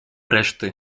reszty